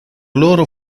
loro